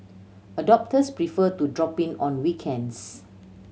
adopters prefer to drop in on weekends